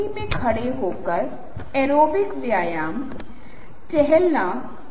मेरे पास टी है तो मेरे पास लाइनें हैं और सैन सेरिफ़ है जहां मेरे पास ये लाइनें नहीं हैं